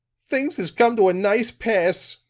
things is come to a nice pass,